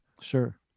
sure